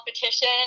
competition